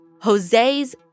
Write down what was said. Jose's